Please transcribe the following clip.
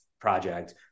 project